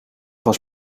was